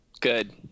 Good